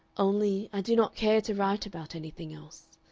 only i do not care to write about anything else.